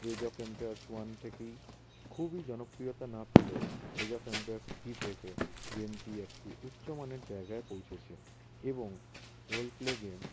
age of Empires one থেকেই খুবই জনপ্রিয়তা না পেলেও এজ অফ এম্পায়ার্স থ্রি থেকে গেমটি একটি উচ্চমানের জায়গায় পৌঁছেছে এবং রোল প্লে গেম